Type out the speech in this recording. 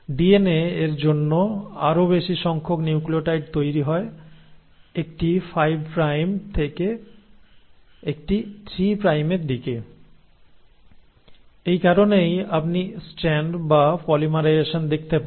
DNA এর জন্য আরও বেশি সংখ্যক নিউক্লিওটাইড তৈরি হয় একটি 5 প্রাইম থেকে একটি 3 প্রাইমের দিকে এই কারণেই আপনি স্ট্র্যান্ড বা পলিমারাইজেশন দেখতে পান